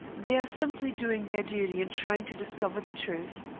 they are simply doing their duty in trying to discover the truth.